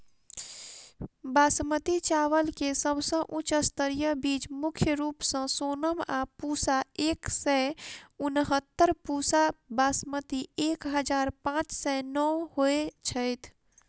बासमती चावल केँ सबसँ उच्च स्तरीय बीज मुख्य रूप सँ सोनम आ पूसा एक सै उनहत्तर, पूसा बासमती एक हजार पांच सै नो होए छैथ?